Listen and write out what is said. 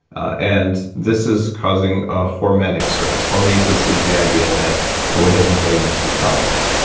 and this is causing a hormetic stress. hormesis is the idea that what doesn't kill you makes you stronger.